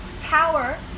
power